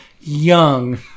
young